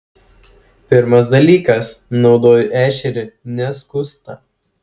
pirmas dalykas naudoju ešerį neskustą